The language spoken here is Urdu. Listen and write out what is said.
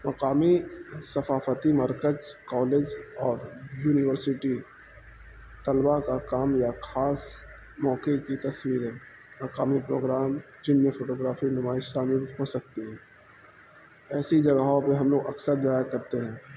مقامی ثقافتی مرکز کالج اور یونیورسٹی طلباء کا کام یا خاص موقعے کی تصویریں مقامی پروگرام جن میں فوٹوگرافی نمائش شامل ہو سکتی ہیں ایسی جگہوں پہ ہم لوگ اکثر جضایا کرتے ہیں